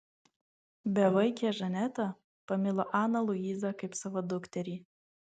bevaikė žaneta pamilo aną luizą kaip savo dukterį